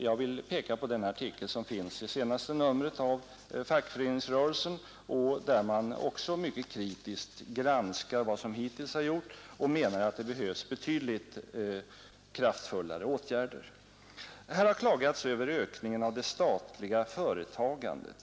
Jag vill peka på den artikel som finns i senaste numret av Fackföreningsrörelsen, där man också mycket kritiskt granskar vad som hittills har gjorts och menar att det behövs betydligt kraftfullare åtgärder. Här har klagats över ökningen av det statliga företagandet.